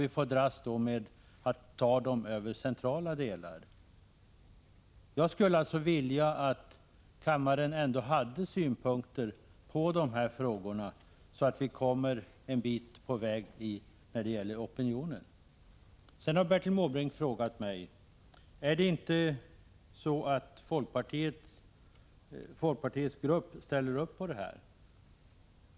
Man får då acceptera att dessa transporter körs genom samhällenas centrala delar. Jag skulle vilja att kammaren anlade synpunkter på dessa frågor så att vi kommer en bit på väg när det gäller opinionen. Bertil Måbrink har frågat mig om folkpartiets partigrupp ställer upp på detta.